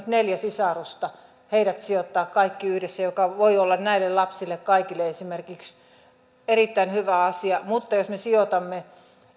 neljä sisarusta heidät sijoittaa kaikki yhdessä mikä voi olla näille lapsille kaikille esimerkiksi erittäin hyvä asia mutta jos me sijoitamme